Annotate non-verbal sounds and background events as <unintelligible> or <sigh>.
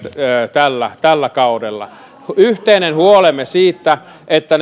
tällä tällä kaudella yhteinen huolemme on siitä että <unintelligible>